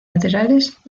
laterales